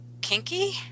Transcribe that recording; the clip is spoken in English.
kinky